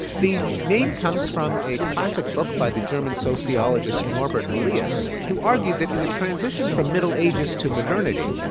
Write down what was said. the name comes from a classic book by the german sociologist, norbert elias, who argued that in the transition from middle ages to modernity,